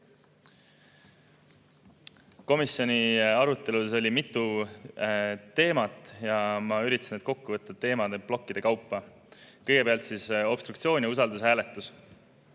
Komisjoni arutelul oli mitu teemat ja ma üritan need kokku võtta teemaplokkide kaupa. Kõigepealt obstruktsioon ja usaldushääletus.